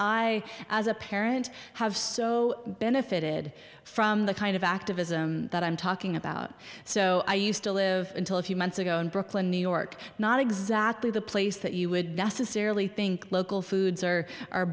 i as a parent have so benefited from the kind of activism that i'm talking about so i used to live until a few months ago in brooklyn new york not exactly the place that you would necessarily think local foods are are